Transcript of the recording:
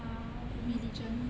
ah religion